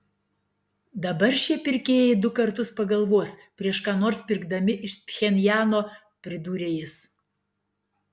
dabar šie pirkėjai du kartus pagalvos prieš ką nors pirkdami iš pchenjano pridūrė jis